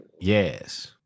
yes